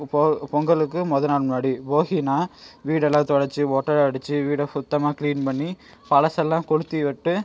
இப்போ பொங்கலுக்கு மொதல் நாள் முன்னாடி போகின்னா வீடெல்லாம் துடச்சி ஒட்டட அடித்து வீட சுத்தமாக க்ளீன் பண்ணி பழசெல்லாம் கொளுத்தி விட்டு